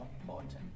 important